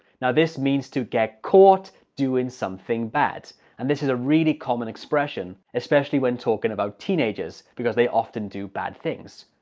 now this means to get caught doing something bad and this is a really common expression especially when talking about teenagers because they often do bad things.